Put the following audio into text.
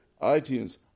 iTunes